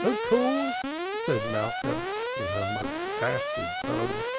of course! said malka in her most acid tone.